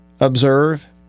Observe